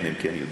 כן, הם יודעים.